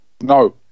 No